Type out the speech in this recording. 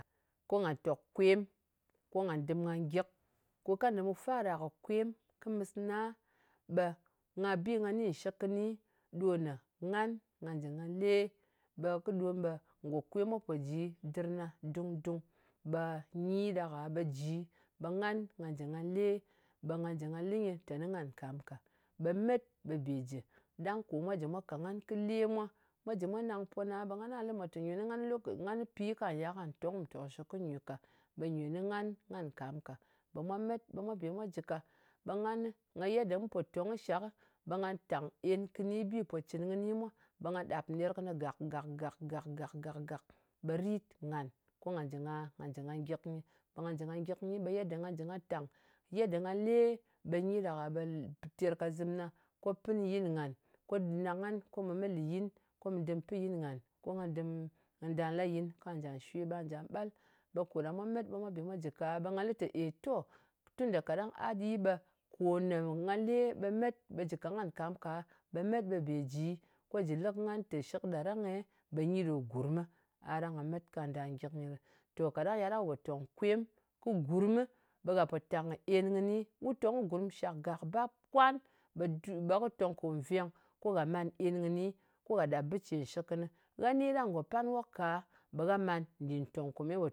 Ko nga tòk kwem, ko nga dɨm nga gyɨk. Ko kanda mu fara kɨ kwem kɨ mɨsna, ɓe bi ne nga ni nshɨk kɨni ɗo, ngan nga jɨ nga le, ɓe kɨ ɗom ɓe ngò kwem mwa pò ji dɨr na dung-dung. Ɓa nyi ɗak-a ɓe ji ɓe ngan nga jɨ nga le, ɓe nga jɨ nga lɨ nyɨ teni ngan nkam ka. Ɓe met ɓe be jɨ. Ɗang kome mwa ka nga kɨ le mwa, mwa jɨ mwa nang po na, ɓe nga lɨ mwa teni ngan kɨ pi kā yā tong ku tòkshɨk kɨ nywe ka. Ɓe nywe nɨ ngan, ngan nkam ka. Ɓe mwa met ɓe mwa be mwa jɨ ka. Ɓe nganɨ, yedda mu pò tong kɨ shak, ɓe ngà tàng en kɨni. Bi pò cɨn kɨni mwa, ɓe ngà ɗap ner kɨnɨ gak gak gak gak gak gak, ɓe rit ngàn ko nga jɨ nga gyɨk nyɨ. Ɓe nga jɨ nga gyik nyi ɓe nga jɨ nga tang, yedda nga le ɓe terkazɨmna. Pɨn yin ngàn, ko nàng ngan ko mu me liyin, ko mɨ dɨm pɨ yin ngan. Ko nda la yin kwa ja shwe. Ɓa ja ɓal. Ɓe ko ɗa mwa met ɓe mwa be mwa jí ka ɓe nga lɨ tē èy to, tun da kaɗang a ɗi ɓe ko ne nga le ɓe met, ɓe jɨ ka nagn nkam ka, ɓe met ɓe be ji, ko jɨ lɨ kɨ ngan tè shɨk ɗa rang-e ɓe nyi ɗo gurmɨ. A ɗang nga met kwa nda gyɨk nyɨ. To, kaɗang ya ɗang wu pò tòng kwem kɨ gurm, ɓe gha pò tàng kɨ en kɨni. Wu tong kɨ gurm shàk, gàk, bap, kwan, ɓe kɨ tong ko nveng ko gha man en kɨni, ko gha ɗap bɨ ce nshɨk kɨnɨ. Gha ni ɗang ngò pan wok ka, ɓe gha man nɗin tòng kò ye wu